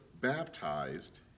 baptized